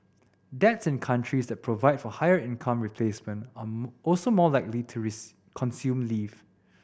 dads in countries that provide for higher income replacement are also more likely to consume leave